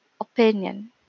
opinion